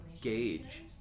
gauge